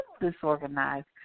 Disorganized